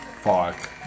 Fuck